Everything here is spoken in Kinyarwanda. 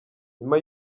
nyuma